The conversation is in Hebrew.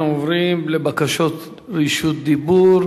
אנחנו עוברים לבקשות רשות דיבור.